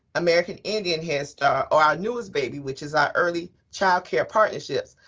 american indian head start, or our newest baby, which is our early child care partnerships,